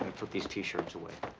put these t-shirts away.